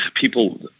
people